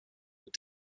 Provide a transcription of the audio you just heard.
were